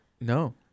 No